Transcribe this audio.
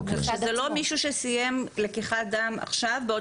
זהו לא מישהו שסיים לקיחת דם עכשיו ושבעוד